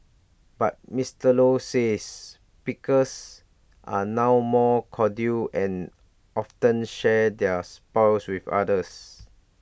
but Mister low says pickers are now more cordial and often share their spoils with others